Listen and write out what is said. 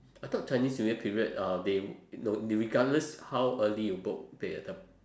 I thought chinese new year period uh they no they regardless how early you book they the